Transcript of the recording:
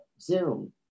Zoom